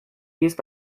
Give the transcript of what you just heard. used